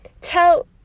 tell